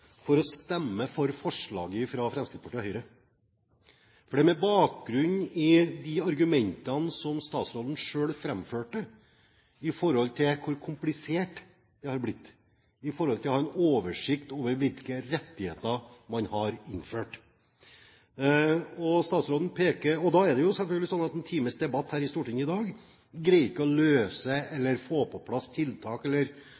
for å stemme for forslaget fra Fremskrittspartiet og Høyre. For det er med bakgrunn i de argumentene som statsråden selv framførte, man kan se hvor komplisert det har blitt å ha oversikt over hvilke rettigheter man har innført. Det er jo selvfølgelig ikke sånn at en times debatt her i Stortinget greier å løse dette, eller